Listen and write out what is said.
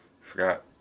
forgot